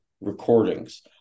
recordings